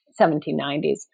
1790s